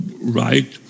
right